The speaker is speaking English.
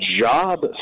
job